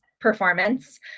performance